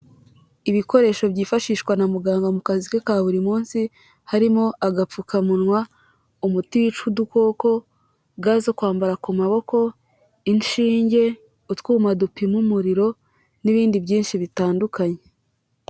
Ibikoresho byifashishwa na muganga mu kazi ka buri munsi harimo agapfukamunwa, umuti wica udukoko, ga zo kwambara ku maboko, inshinge, utwuma dupima umuriro n'ibindi byinshi bitandukanye.